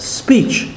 speech